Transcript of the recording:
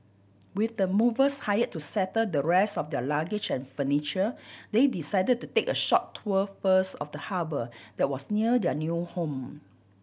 with the movers hired to settle the rest of their luggage and furniture they decided to take a short tour first of the harbour that was near their new home